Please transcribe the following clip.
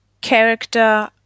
Character